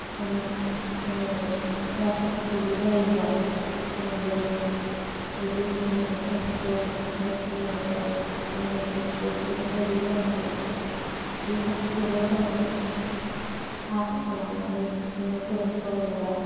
देनां जोङो ख्लास गिदिर जायोबा जों जेरै एलफि स्खुलफ्राय हाय स्खुल हाय स्खुलनिफ्राय एम इ स्खुल बेफोरबायदि जानानै जि थाखोखौबो जोङो फास खालामनानै जोङो कलेज फरायोबा